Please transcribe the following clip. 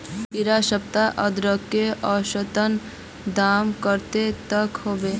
इडा सप्ताह अदरकेर औसतन दाम कतेक तक होबे?